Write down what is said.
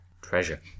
Treasure